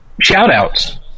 shout-outs